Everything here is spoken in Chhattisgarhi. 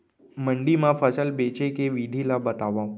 मंडी मा फसल बेचे के विधि ला बतावव?